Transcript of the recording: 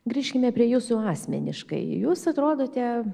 grįžkime prie jūsų asmeniškai jūs atrodote